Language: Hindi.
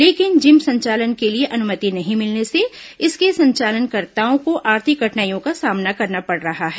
लेकिन जिम संचालन के लिए अनुमति नहीं मिलने से इसके संचालककर्ताओं को आर्थिक कठिनाइयों का सामना करना पड़ रहा है